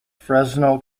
fresno